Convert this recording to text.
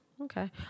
okay